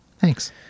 Thanks